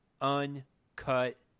Uncut